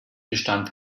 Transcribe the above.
bestand